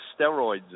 steroids